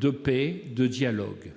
de paix et de dialogue.